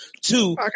Two